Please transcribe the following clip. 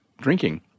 drinking